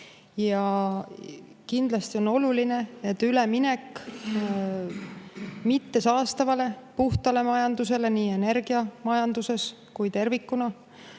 Kindlasti on oluline, et üleminek mittesaastavale ehk puhtale majandusele nii energiamajanduses kui ka tervikuna